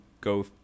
go